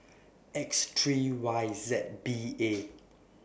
X three Y Z B A